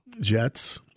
Jets